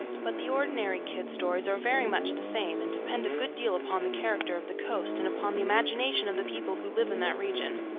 but the ordinary kidd stories are very much the same, and depend a good deal upon the character of the coast and upon the imagination of the people who live in that region.